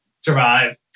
survive